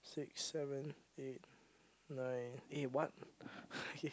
six seven eight nine eh what